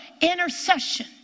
intercession